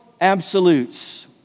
absolutes